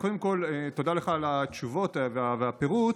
קודם כול, תודה לך על התשובות ועל הפירוט.